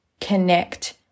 Connect